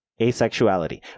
Asexuality